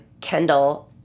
Kendall